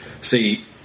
See